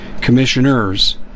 commissioners